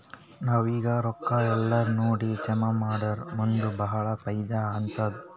ನಾವ್ ಈಗ್ ರೊಕ್ಕಾ ಎಲ್ಲಾರೇ ನೋಡಿ ಜಮಾ ಮಾಡುರ್ ಮುಂದ್ ಭಾಳ ಫೈದಾ ಆತ್ತುದ್